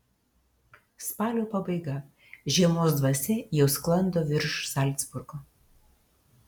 spalio pabaiga žiemos dvasia jau sklando virš zalcburgo